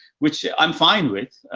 which i'm fine with.